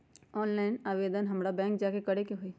Online आवेदन हमरा bank जाके करे के होई?